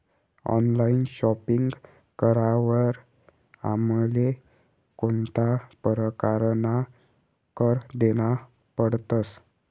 Online shopping करावर आमले कोणता परकारना कर देना पडतस?